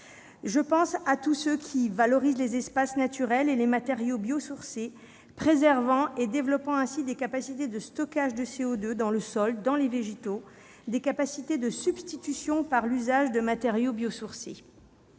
Je pense à tout ce qui valorise les espaces naturels et les matériaux biosourcés, préservant et développant ainsi des capacités de stockage du CO2 dans le sol et les végétaux, ainsi que des capacités de substitution par l'usage de matériaux biosourcés.